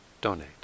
donate